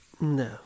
No